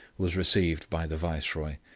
was received by the viceroy.